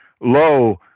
low